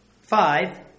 five